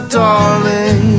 darling